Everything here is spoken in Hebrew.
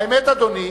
האמת, אדוני,